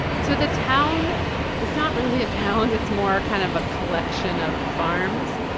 so the town it's not really a town. it's more kind of a collection of farms.